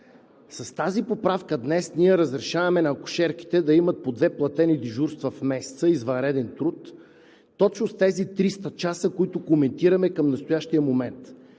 С тази поправка днес ние разрешаваме на акушерките да имат по две платени дежурства в месеца извънреден труд – точно с тези 300 часа, които коментираме към настоящия момент.